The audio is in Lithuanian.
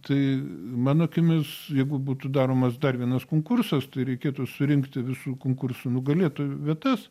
tai mano akimis jeigu būtų daromas dar vienas konkursas tai reikėtų surinkti visų konkursų nugalėtojų vietas